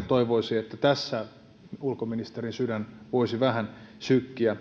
toivoisi että tässä ulkoministerin sydän voisi sykkiä